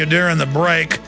you during the break